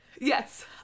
yes